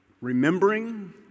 remembering